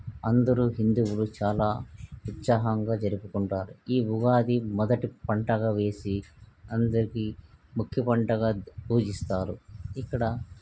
అందరూ హిందువులు చాలా ఉత్సాహంగా జరుపుకుంటారు ఈ ఉగాది మొదటి పంటగా వేసి అందరికీ ముఖ్య పంటగా పూజిస్తారు ఇక్కడ